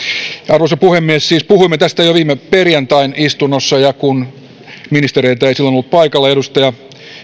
arvoisa puhemies siis puhuimme tästä jo viime perjantain istunnossa ja kun ministereitä ei silloin ollut paikalla edustaja